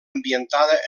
ambientada